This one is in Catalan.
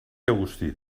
agustí